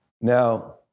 Now